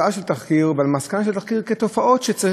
ופונים אליו יותר והוא מתעמק יותר בעניין,